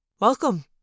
Welcome